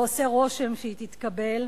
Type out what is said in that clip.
ועושה רושם שהיא תתקבל,